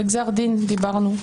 בגזר הדין דיברנו.